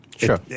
Sure